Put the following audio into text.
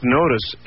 notice